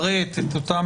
אני לא יודע.